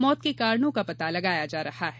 मौत के कारणों का पता लगाया जा रहा है